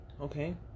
Okay